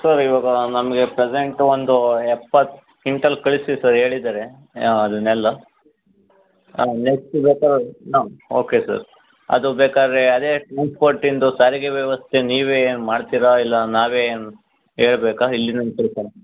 sir ಇವಾಗಾ ನಮಗೆ present ಒಂದು ಎಪ್ಪತ್ತು ಕ್ವಿಂಟಲ್ ಕಳಿಸಿ ಸರ್ ಹೇಳಿದಾರೆ ಅದನ್ನೆಲ್ಲ ಹಾಂ ನೆಕ್ಸ್ಟ್ ಬೇಕಾದ್ರೆ ಹಾಂ ಓಕೆ ಸರ್ ಅದು ಬೇಕಾದರೆ ಅದೇ ಟ್ರಾನ್ಸ್ಪೋರ್ಟಿಂದು ಸಾರಿಗೆ ವ್ಯವಸ್ಥೆ ನೀವೇ ಏನು ಮಾಡ್ತೀರ ಇಲ್ಲ ನಾವೇ ಏನು ಹೇಳ್ಬೇಕಾ ಇಲ್ಲಿನ